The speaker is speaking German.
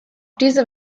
diese